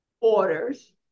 orders